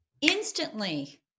instantly